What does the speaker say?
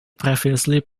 previously